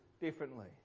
differently